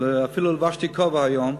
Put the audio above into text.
אפילו לבשתי כובע היום,